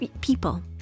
people